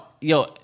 Yo